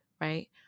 right